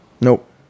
Nope